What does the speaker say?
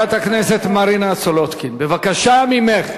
חברת הכנסת מרינה סולודקין, בבקשה ממך,